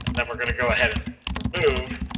and then we're going to go ahead and remove.